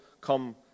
come